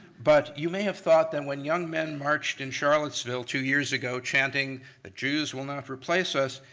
but you may have thought that when young men marched in charlottesville two years ago chanting the jews will not replace us,